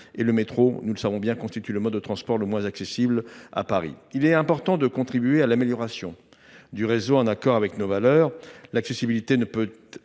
au métro, nous savons bien qu’il constitue le mode de transport le moins accessible à Paris. Il est important de contribuer à l’amélioration du réseau, en accord avec nos valeurs. L’accessibilité ne peut